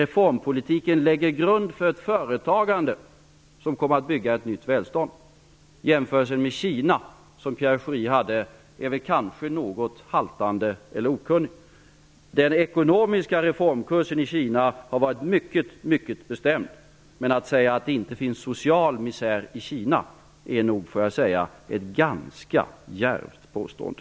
Reformpolitiken lägger grunden för ett företagande som kommer att bygga ett nytt välstånd. Den jämförelse med Kina som Pierre Schori gjorde är kanske något haltande eller okunnig. Den ekonomiska reformkursen i Kina har varit mycket bestämd. Men att säga att det inte finns social misär i Kina är nog, får jag säga, ett ganska djärvt påstående.